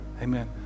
Amen